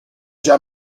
già